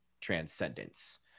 transcendence